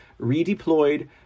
redeployed